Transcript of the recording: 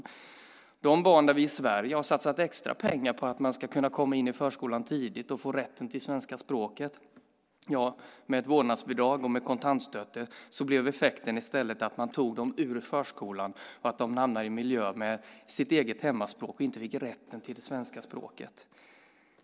För de barn i Sverige där vi har satsat extra pengar för att de ska komma in i förskolan tidigt och få rätten till svenska språket blir effekten av ett vårdnadsbidrag, kontantstøtte , att de tas ur förskolan och att de hamnar i miljöer med sitt eget hemspråk och inte får rätten till svenska språket.